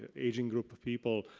ah aging group of people,